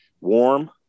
warm